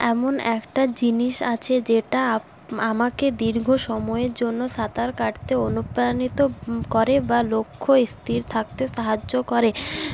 এমন একটা জিনিস আছে যেটা আপ আমাকে দীর্ঘ সময়ের জন্য সাঁতার কাটতে অনুপ্রাণিত করে বা লক্ষ্য স্থির থাকতে সাহায্য করে